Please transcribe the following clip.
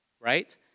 right